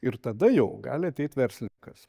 ir tada jau gali ateit verslininkas